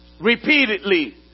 repeatedly